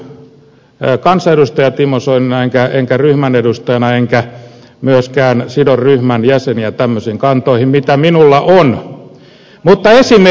nyt puhun kansanedustaja timo soinina en ryhmän edustajana enkä myöskään sido ryhmän jäseniä tämmöisiin kantoihin joita minulla on